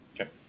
Okay